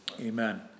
Amen